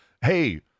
hey